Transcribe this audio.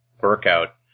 workout